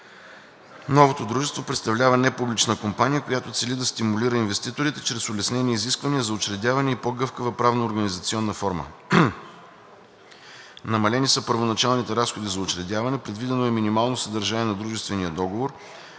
Новото дружество представлява непублична компания, която цели да стимулира инвеститорите чрез улеснени изисквания за учредяване и по-гъвкава правно-организационна форма. Намалени са първоначалните разходи за учредяване, предвидено е минимално съдържание на дружествения договор,